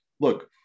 look